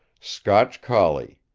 scotch collie,